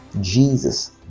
jesus